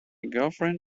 girlfriend